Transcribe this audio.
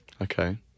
Okay